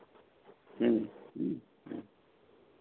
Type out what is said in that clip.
ᱦᱮᱸ ᱦᱮᱸ ᱦᱮᱸ